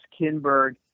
Kinberg